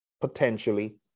potentially